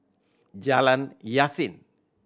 Jalan Yasin